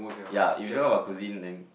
ya if you talking about cuisine then